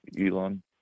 Elon